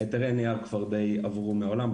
היתרי הנייר כבר די עברו מהעולם,